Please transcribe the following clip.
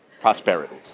prosperity